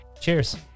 Cheers